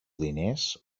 diners